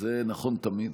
זה נכון תמיד.